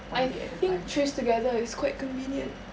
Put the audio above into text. I think TraceTogether is quite convenient